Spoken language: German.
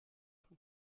von